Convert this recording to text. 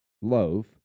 loaf